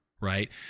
Right